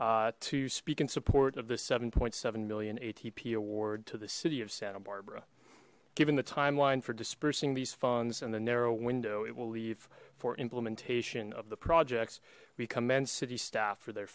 bike to speak in support of the seven point seven million atp award to the city of santa barbara given the timeline for dispersing these funds and the narrow window it will leave for implementation of the projects we commend city staff for their